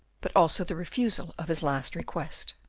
but also the refusal of his last request.